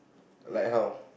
like how